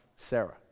Sarah